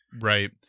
right